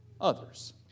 others